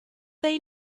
they